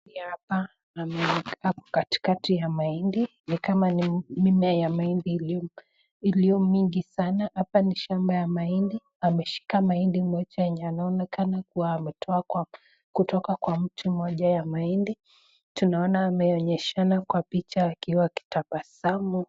Hapa inaonekana ni katikakati ya mahindi, kama ni mimea ya mahindi iliyo mingi sana. Hapa ni shamba ya mahindi. Ameshika mahindi moja yenye anaonekana kuwa ametoa kutoka kwa mti moja ya mahindi. Tuanaona ameonyeshana kwa picha akiwa akitabasamu.